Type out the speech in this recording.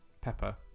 Pepper